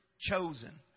chosen